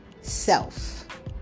Self